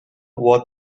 what